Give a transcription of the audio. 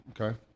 Okay